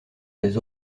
des